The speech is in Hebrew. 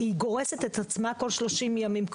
גורסת את עצמה כל 30 ימים.